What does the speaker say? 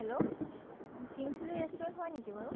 hello king chilli restaurant হয়নেকি বাৰু